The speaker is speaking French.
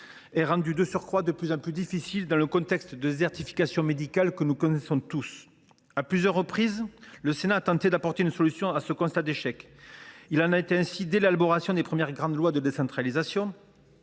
est rendu de plus en plus difficile dans le contexte de désertification médicale que nous connaissons tous. À plusieurs reprises, le Sénat a tenté d’apporter une solution à ce constat d’échec. Il en a été ainsi dès l’élaboration des premières grandes lois de décentralisation,